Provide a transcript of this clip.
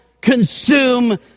consume